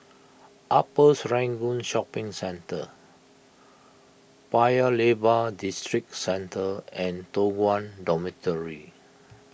Upper Serangoon Shopping Centre Paya Lebar Districentre and Toh Guan Dormitory